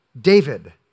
David